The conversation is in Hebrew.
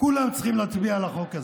כולם צריכים להצביע על החוק הזה.